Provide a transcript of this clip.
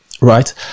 right